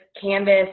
canvas